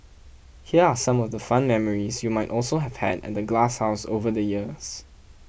here are some of the fun memories you might also have had at the glasshouse over the years